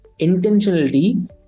intentionality